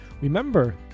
Remember